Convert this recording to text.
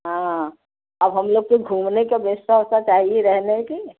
हाँ अब हम लोग के घूमने का व्यवस्था ओवस्था चाहिए रहने की